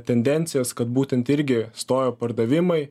tendencijas kad būtent irgi stojo pardavimai